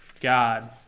God